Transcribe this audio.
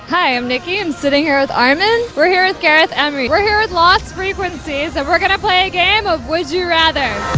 hi, i'm nikki, i'm and sitting here with armin. we're here with gareth emery. we're here with lost frequencies and we're gonna play a game of would you rather.